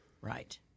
Right